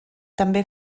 també